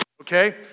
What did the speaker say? okay